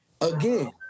Again